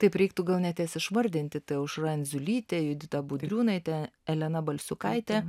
taip reiktų gal net jas išvardinti tai aušra andziulytė judita budriūnaitė elena balsiukaitė